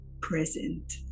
present